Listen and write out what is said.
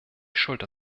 schulter